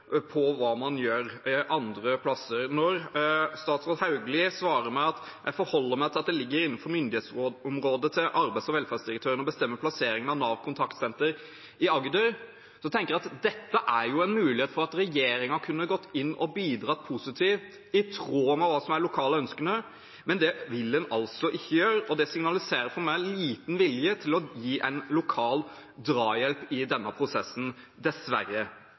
på hva man gjør andre steder. Når statsråd Hauglie svarer meg at hun forholder seg til at det ligger innenfor myndighetsområdet til arbeids- og velferdsdirektøren å bestemme plassering av Nav Kontaktsenter i Agder, tenker jeg at dette er en mulighet for at regjeringen kunne gått inn og bidratt positivt, i tråd med hva som er de lokale ønskene. Men det vil en altså ikke gjøre. Det signaliserer for meg liten vilje til å gi en lokal drahjelp i denne prosessen, dessverre.